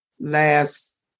Last